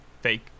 fake